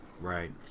Right